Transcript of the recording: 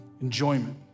enjoyment